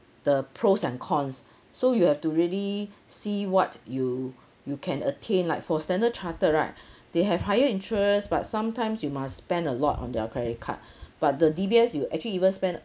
the pros and cons so you have to really see what you you can attain like for standard chartered right they have higher interest but sometimes you must spend a lot on their credit card but the D_B_S you actually even spend